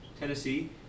Tennessee